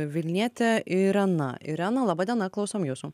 vilnietė irena irena laba diena klausom jūsų